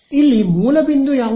ಇಲ್ಲಿ ಮೂಲ ಬಿಂದು ಯಾವುದು